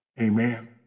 Amen